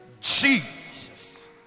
Jesus